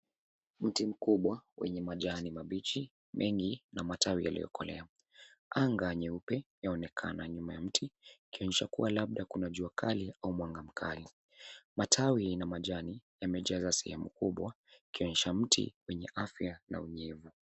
Mti mkubwa wenye majani mabichi mengi na matawi yaliyokolea. Anga nyeupe yaonekana nyuma ya mti ikionyesha kuwa labda kuna jua kali au mwanga mkali. Matawi na majani yamejaza sehemu kubwa ikionyesha mti wenye afya na unyevu.